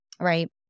right